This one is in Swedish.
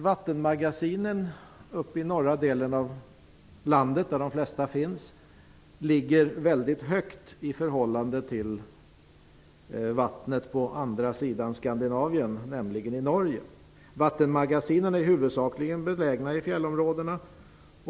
Vattenmagasinen i norra delen av landet, där de flesta finns, ligger mycket högt i förhållande till vattnet på andra sidan Skandinavien, nämligen i Norge. Vattenmagasinen är huvudsakligen belägna i fjällområdena.